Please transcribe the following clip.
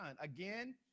Again